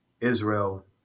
Israel